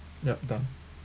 yup done